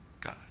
God